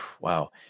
wow